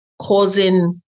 causing